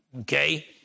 okay